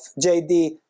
jd